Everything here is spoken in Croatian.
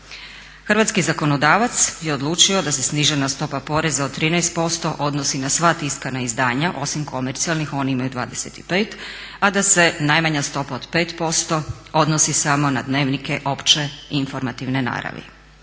Hrvatski zakonodavac je odlučio da se snižena stopa poreza od 13% odnosi na sva tiskana izdanja, osim komercijalnih oni imaju 25%, a da se najmanja stopa od 5% odnosi samo na dnevnike opće i informativne naravi.